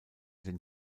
den